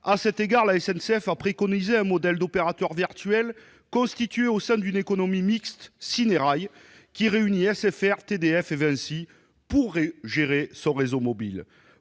À cet égard, la SNCF a préconisé un modèle d'opérateur virtuel constitué au sein de la société d'économie mixte Synerail, qui réunit SFR, TDF et Vinci pour gérer son réseau mobile.